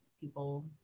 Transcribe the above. people